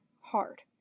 hard